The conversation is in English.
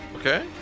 Okay